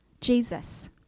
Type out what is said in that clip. Jesus